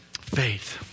Faith